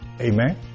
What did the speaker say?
Amen